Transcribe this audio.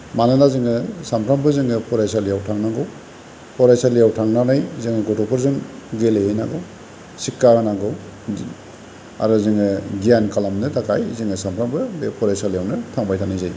मानोना जोङो सानफ्रामबो जोङो फरायसालियाव थांनांगौ फरायसालियाव थांनानै जोङो गथ'फोरजों गेलेहैनांगौ शिक्षा होनांगौ आरो जोङो गियान खालामनो थाखाय जोङो सानफ्रोमबो बे फरायसालियावनो थांबाय थानाय जायो